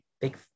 big